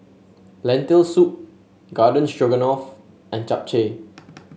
Lentil Soup Garden Stroganoff and Japchae